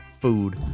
food